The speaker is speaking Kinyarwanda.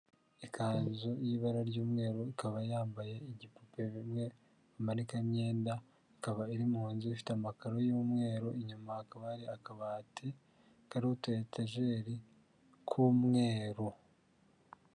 Ikanzu y'ibara ry'umweru ikaba yambaye igipupe bimwe bamanikaho imyenda ikaba iri mu nzu ifite amakaro y'umweru, inyuma haba hari akabati kariho utu etajeri k'umweru.